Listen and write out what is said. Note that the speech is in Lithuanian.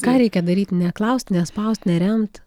ką reikia daryt neklaust nespaust neremt